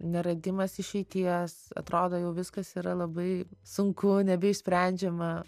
neradimas išeities atrodo jau viskas yra labai sunku nebeišsprendžiama